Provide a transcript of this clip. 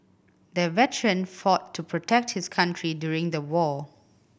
the veteran fought to protect his country during the war